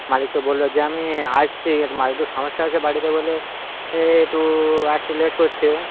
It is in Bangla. মালিক তো বলল যে আমি আসছি একটু মালিকের সমস্যা হয়েছে বাড়িতে বলে এ একটু আসতে লেট করছে